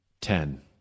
Ten